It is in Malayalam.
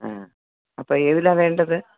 ആ അപ്പോൾ ഏതിലാണ് വേണ്ടത്